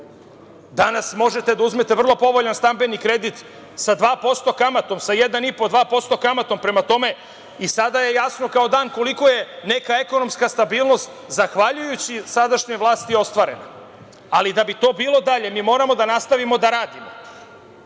Danas možete da uzmete vrlo povoljan stambeni kredit sa 2% kamate, sa 1,5-2% kamate. Prema toma, i sada je jasno kao dan koliko je neka ekonomska stabilnost zahvaljujući sadašnjoj vlasti ostvarena. Da bi to bilo dalje, mi moramo da nastavimo da